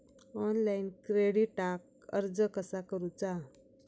Online क्रेडिटाक अर्ज कसा करुचा?